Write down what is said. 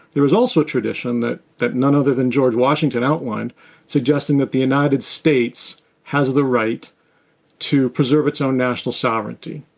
there is also a tradition that that none other than george washington outlined suggesting that the united states has the right to preserve its own national sovereignty.